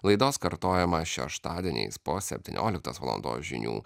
laidos kartojimą šeštadieniais po septynioliktos valandos žinių